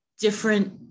different